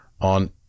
on